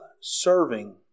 serving